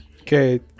okay